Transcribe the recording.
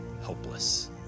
helpless